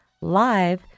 live